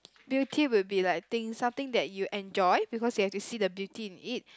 beauty would be like thing something that you enjoy because you have to see the beauty in it